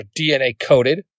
DNA-coded